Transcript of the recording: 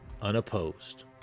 unopposed